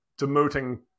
demoting